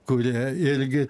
kurie irgi